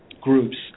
groups